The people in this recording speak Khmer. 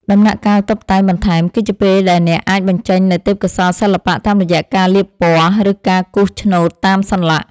ដំណាក់កាលតុបតែងបន្ថែមគឺជាពេលដែលអ្នកអាចបញ្ចេញនូវទេពកោសល្យសិល្បៈតាមរយៈការលាបពណ៌ ឬការគូសឆ្នូតតាមសន្លាក់។